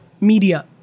media